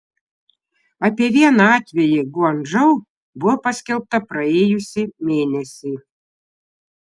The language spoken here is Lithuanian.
apie vieną atvejį guangdžou buvo paskelbta praėjusį mėnesį